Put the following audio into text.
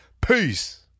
Peace